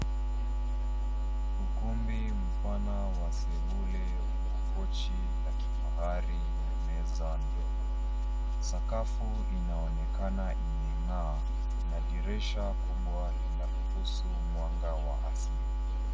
Ukumbi mpana wa sebule una kochi la kifahari na meza ndogo. Sakafu inaonekana imengaa na dirisha kubwa linaruhusu mwanga wa asili.